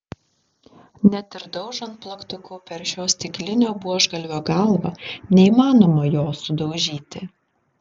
net ir daužant plaktuku per šio stiklinio buožgalvio galvą neįmanoma jo sudaužyti